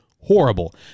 horrible